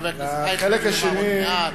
חבר הכנסת אייכלר יאמר עוד מעט.